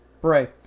Bray